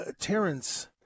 Terrence